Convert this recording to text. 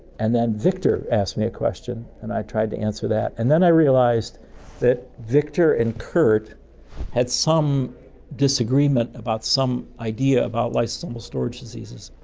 and then victor asked me a question, and i tried to answer that, and then i realized that victor and kurt had some disagreement about some idea about lysosomal storage diseases,